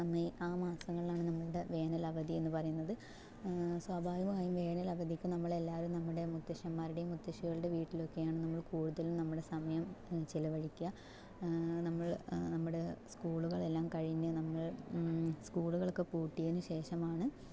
May ആ മാസങ്ങളിലാണ് നമ്മളുടെ വേനൽ അവധി എന്ന് പറയുന്നത് സ്വാഭാവികമായും വേനൽ അവധിക്ക് നമ്മളെല്ലാവരും നമ്മുടെ മുത്തശ്ശന്മാരുടെയും മുത്തശ്ശികളുടെ വീട്ടിലൊക്കെയാണ് നമ്മള് കൂടുതലും നമ്മുടെ സമയം ചിലവഴിക്കുക നമ്മള് നമ്മുടെ സ്കൂളുകളെല്ലാം കഴിഞ്ഞ് നമ്മൾ സ്കൂളുകൾ ഒക്കെ പൂട്ടിയതിനു ശേഷമാണ്